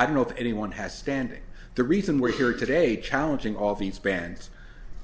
i don't know if anyone has standing the reason we're here today challenging all these bands